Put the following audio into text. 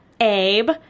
Abe